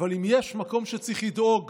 ואם יש מקום שצריך לדאוג